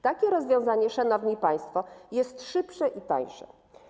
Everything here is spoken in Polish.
Takie rozwiązanie, szanowni państwo, jest szybsze i tańsze.